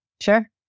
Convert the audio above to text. sure